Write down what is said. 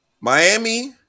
Miami